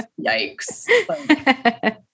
yikes